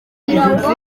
kugirango